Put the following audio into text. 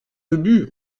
ubu